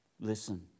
Listen